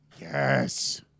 Yes